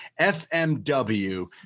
FMW